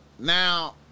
Now